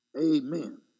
amen